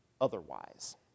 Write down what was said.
otherwise